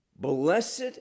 Blessed